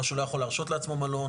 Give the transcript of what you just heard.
או שהוא לא יכול להרשות לעצמו מלון.